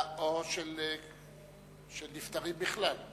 או של נפטרים בכלל.